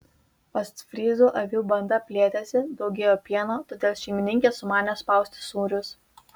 ostfryzų avių banda plėtėsi daugėjo pieno todėl šeimininkė sumanė spausti sūrius